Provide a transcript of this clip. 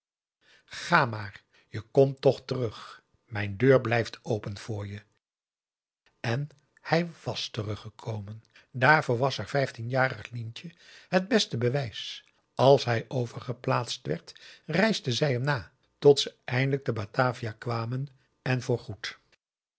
ga maar je komt toch terug mijn deur blijft open voor je en hij w a s teruggekomen daarvoor was haar vijftienjarig lientje het beste bewijs als hij overgeplaatst werd reisde zij hem na tot ze eindelijk te batavia kwamen en voor goed